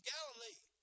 Galilee